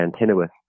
Antinous